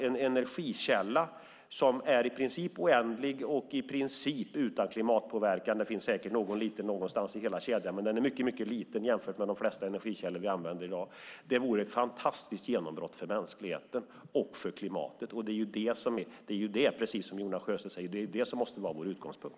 En energikälla som är i princip oändlig och i princip utan klimatpåverkan - det finns säkert någon liten någonstans i hela kedjan, men den är mycket liten jämfört med de flesta energikällor vi använder i dag - vore ett fantastiskt genombrott för mänskligheten och för klimatet. Det är, precis som Jonas Sjöstedt säger, det som måste vara vår utgångspunkt.